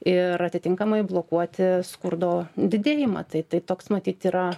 ir atitinkamai blokuoti skurdo didėjimą tai tai toks matyt yra